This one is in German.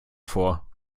vor